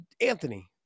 anthony